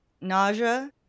nausea